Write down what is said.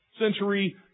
century